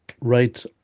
right